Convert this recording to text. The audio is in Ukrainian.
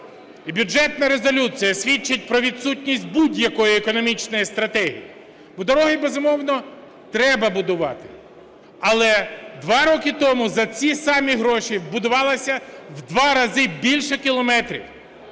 Бюджетна резолюція свідчить про відсутність будь-якої економічної стратегії. Дороги, безумовно, треба будувати, але 2 роки тому за ці самі гроші будувалося в два рази більше кілометрів.